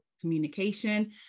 communication